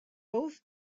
both